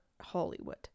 Hollywood